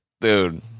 dude